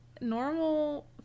normal